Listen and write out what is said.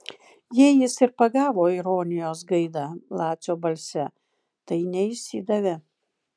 jei jis ir pagavo ironijos gaidą lacio balse tai neišsidavė